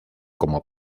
como